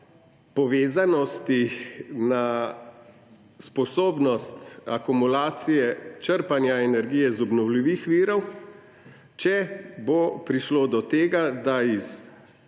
povezanosti na sposobnost akumulacije črpanja energije iz obnovljivih virov, če bo prišlo do tega, da iz